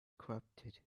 corrupted